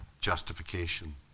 justification